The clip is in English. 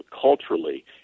culturally